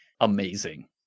amazing